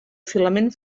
filament